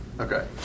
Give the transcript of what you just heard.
Okay